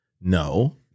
No